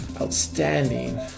outstanding